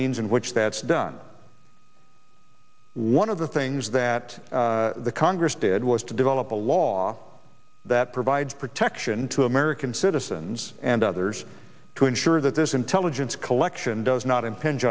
means in which that's done one of the things that the congress did was to develop a law that provides protection to american citizens and others to ensure that this intelligence collection does not impinge